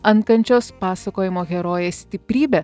ankančios pasakojimo herojės stiprybe